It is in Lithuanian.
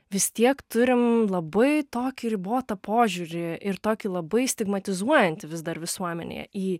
vis tiek turim labai tokį ribotą požiūrį ir tokį labai stigmatizuojantį vis dar visuomenėje į